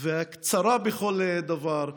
וקצרה בכל דבר,